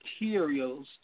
materials